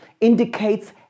indicates